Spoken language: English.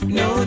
no